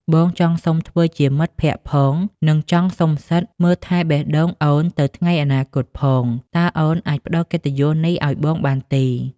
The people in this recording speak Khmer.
បងចង់សុំធ្វើជាមិត្តភក្តិផង និងចង់សុំសិទ្ធិមើលថែបេះដូងអូនទៅថ្ងៃអនាគតផង តើអូនអាចផ្តល់កិត្តិយសនេះឱ្យបងបានទេ?